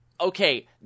Okay